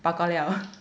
bao ka liao